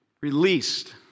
released